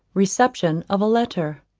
reception of a letter.